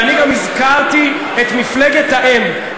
ואני גם הזכרתי את מפלגת האם,